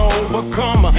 overcome